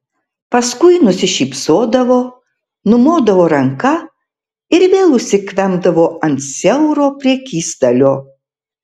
paskui nusišypsodavo numodavo ranka ir vėl užsikvempdavo ant siauro prekystalio